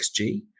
XG